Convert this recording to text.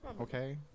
Okay